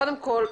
קודם כל,